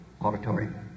Auditorium